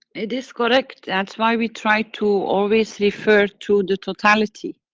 it is correct, that's why we try to always refer to the totality.